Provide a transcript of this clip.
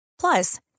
Plus